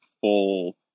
full